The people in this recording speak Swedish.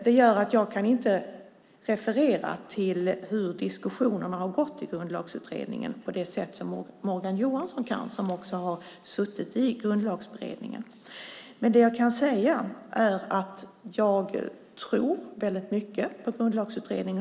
Det gör att jag inte kan referera till hur diskussionerna har gått i Grundlagsutredningen på det sätt som Morgan Johansson kan som också har suttit i Grundlagsutredningen. Men det som jag kan säga är att jag tror väldigt mycket på Grundlagsutredningen.